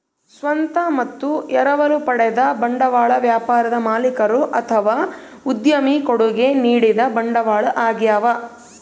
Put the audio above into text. ಸ್ವಂತ ಮತ್ತು ಎರವಲು ಪಡೆದ ಬಂಡವಾಳ ವ್ಯಾಪಾರದ ಮಾಲೀಕರು ಅಥವಾ ಉದ್ಯಮಿ ಕೊಡುಗೆ ನೀಡಿದ ಬಂಡವಾಳ ಆಗ್ಯವ